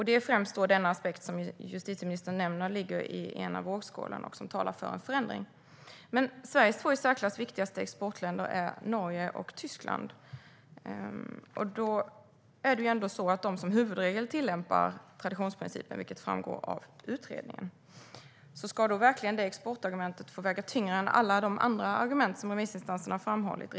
Det är främst denna aspekt, som justitieministern nämner ligger i en av vågskålarna, som talar för en förändring. Men Sveriges två i särklass viktigaste exportländer är Norge och Tyskland, och de tillämpar som huvudregel traditionsprincipen, vilket framgår av utredningen. Ska då verkligen det argumentet få väga tyngre än alla de andra argument som remissinstanserna har framhållit?